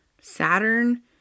Saturn